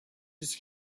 his